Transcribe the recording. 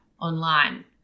online